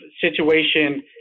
situation